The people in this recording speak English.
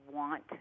Want